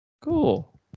cool